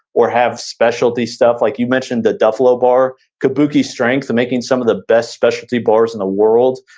or have specialty stuff like you've mentioned the duffalo bar. kabuki strength are making some of the best specialty bars in the world.